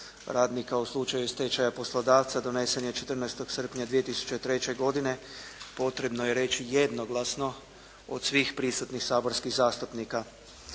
radnika u slučaju stečaja poslodavca donesen je 14. srpnja 2003. godine potrebno je reći jednoglasno od svih prisutnih saborskih zastupnika.